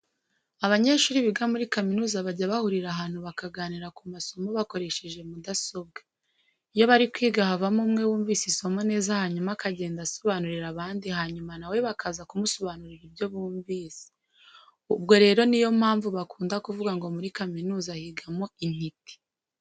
Abanyeshuri biga muri kaminuza bajya bahurira ahantu bakaganira ku masomo bakoresheje mudasobwa. Iyo bari kwiga havamo umwe wumvise isomo neza hanyuma akagenda asobanurira abandi hanyuma na we bakaza kumusobanurira ibyo bumvise. Ubwo rero niyo mpamvu bakunda kuvuga ngo muri kaminuza higamo intiti.